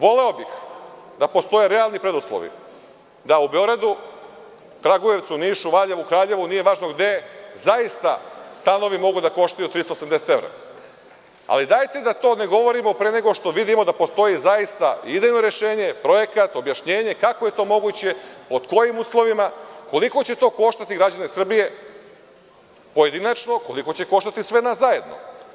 Voleo bih da postoje realni preduslovi da u Beogradu, Kragujevcu, Nišu, Valjevu, Kraljevu, nije važno gde, zaista stanovi mogu da koštaju 380 evra, alidajte da to ne govorimo pre nego što vidimo da postoji zaista idejno rešenje, projekat, objašnjenje kako je to moguće, pod kojim uslovima, koliko će to koštati građane Srbije pojedinačno, koliko će koštati sve nas zajedno?